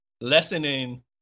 lessening